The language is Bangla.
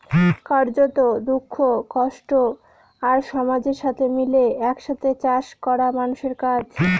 কার্যত, দুঃখ, কষ্ট আর সমাজের সাথে মিলে এক সাথে চাষ করা মানুষের কাজ